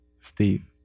Steve